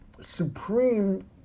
supreme